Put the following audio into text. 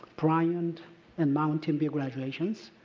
bryant and mountain view graduations,